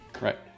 Right